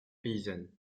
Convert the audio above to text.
paysanne